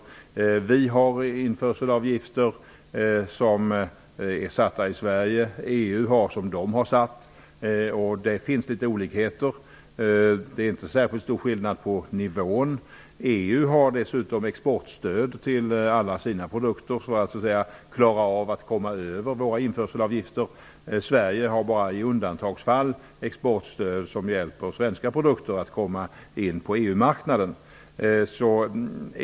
Sverige har sina införselavgifter. EU har sina. Det är inte stora skillnader på nivåerna. EU har dessutom exportstöd till alla sina produkter för att klara av att komma över våra införselavgifter. Sverige har bara i undantagsfall exportstöd som hjälper svenska produkter att komma in på EU-marknaden.